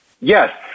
Yes